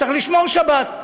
צריך לשמור שבת.